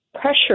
pressure